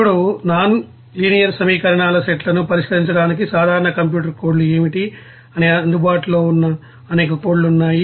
ఇప్పుడు non linear సమీకరణాల సెట్లను పరిష్కరించడానికి సాధారణ కంప్యూటర్ కోడ్లు ఏమిటి అవి అందుబాటులో ఉన్న అనేక కోడ్లు ఉన్నాయి